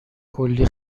کلی